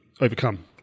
overcome